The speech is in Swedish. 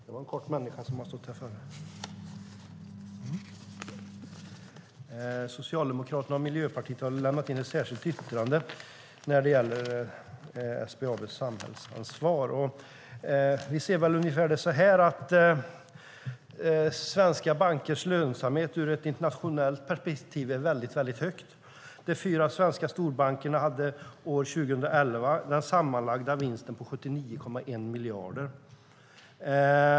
Herr talman! Socialdemokraterna och Miljöpartiet har lämnat in ett särskilt yttrande när det gäller SBAB:s samhällsansvar. Vi ser det ungefär så här: Svenska bankers lönsamhet är ur ett internationellt perspektiv väldigt hög. De fyra svenska storbankerna hade år 2011 en sammanlagd vinst på 79,1 miljarder.